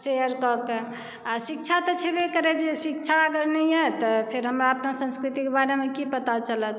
शेयरकऽ कऽ आ शिक्षा तऽ छैबय करै शिक्षा नहि यऽ तऽ फेर हमरा अपन संस्कृतिके बारेमे की पता चलत